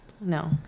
No